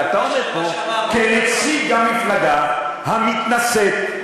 ואתה עומד פה כנציג המפלגה המתנשאת,